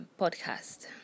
podcast